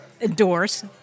endorse